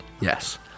yes